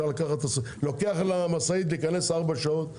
לוקח למשאית להיכנס ארבע שעות,